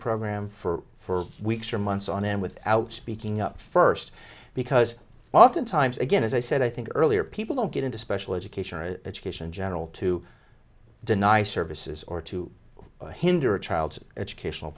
program for for weeks or months on end without speaking up first because oftentimes again as i said i think earlier people don't get into special education or education general to deny services or to hinder a child's educational